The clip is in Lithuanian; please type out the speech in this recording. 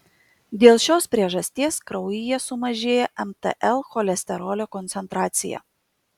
dėl šios priežasties kraujyje sumažėja mtl cholesterolio koncentracija